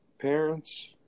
parents